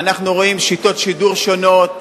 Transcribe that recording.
אנחנו רואים שיטות שידור שונות,